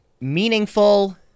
meaningful